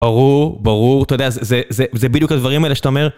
ברור, ברור, אתה יודע, זה בדיוק הדברים האלה שאתה אומר...